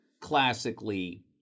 classically